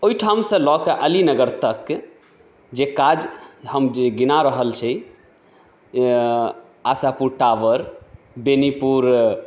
ओहिठामसँ लऽ कऽ अली नगर तक जे काज हम जे गिना रहल छी आशापुर टावर बेनीपुर